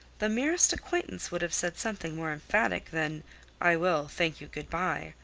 the merest acquaintance would have said something more emphatic than i will, thank you good-by,